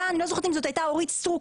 אני לא זוכרת אם זאת הייתה אורית סטרוק